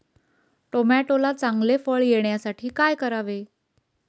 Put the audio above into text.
टोमॅटोला चांगले फळ येण्यासाठी काय करावे?